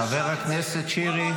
חבר הכנסת שירי.